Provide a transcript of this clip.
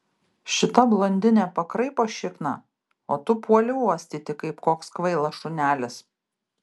šita blondinė pakraipo šikną o tu puoli uostyti kaip koks kvailas šunelis